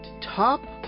top